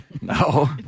No